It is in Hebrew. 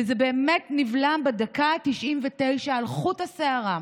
וזה באמת נבלם בדקה ה-99, על חוט השערה,